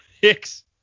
Hicks